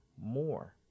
more